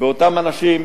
ואותם אנשים,